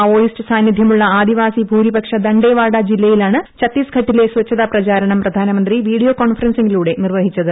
Maoist സാന്നിധ്യമുള്ള ആദിവാസി ഭൂരിപക്ഷ ദണ്ഡേവാഡ ജില്ലയിലാണ് ഛത്തീസ്ഘട്ടിലെ സ്വച്ഛതാ പ്രചാരണം പ്രധാനമന്ത്രി പ്രീഡിയോ കോൺഫറൻസിങിലൂടെ നിർവഹിച്ചത്